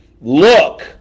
look